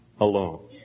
alone